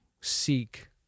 seek